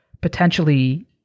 potentially